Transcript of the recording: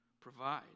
provide